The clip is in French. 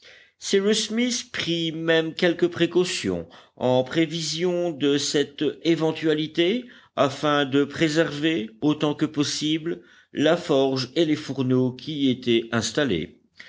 smith prit même quelques précautions en prévision de cette éventualité afin de préserver autant que possible la forge et les fourneaux qui y étaient installés